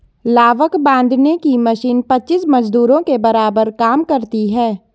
लावक बांधने की मशीन पच्चीस मजदूरों के बराबर काम करती है